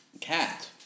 Cat